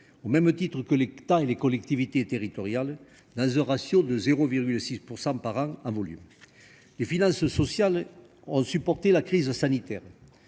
au même titre que l'État et les collectivités territoriales, dans un ratio de 0,6 % par an en volume. Les finances sociales ont supporté la crise sanitaire.